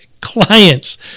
clients